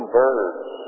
birds